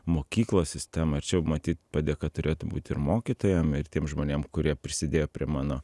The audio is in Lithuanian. mokyklos sistemą čia jau matyt padėka turėtų būti ir mokytojam ir tiem žmonėm kurie prisidėjo prie mano